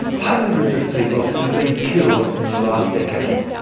hundreds of people have been killed in the last decade,